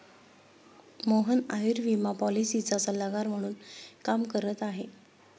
मोहन आयुर्विमा पॉलिसीचा सल्लागार म्हणून काम करत आहे